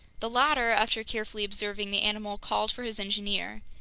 the latter, after carefully observing the animal, called for his engineer.